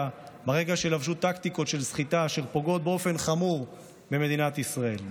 ברגע שלבש טקטיקה של סחיטה שפוגעת באופן חמור במדינת ישראל,